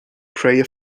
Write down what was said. prayer